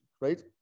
Right